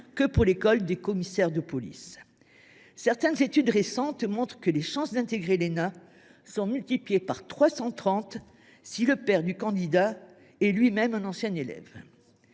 que pour l’école nationale supérieure de la police. Certaines études récentes montrent que les chances d’intégrer l’ENA sont multipliées par 330 si le père du candidat en est lui même un ancien élève.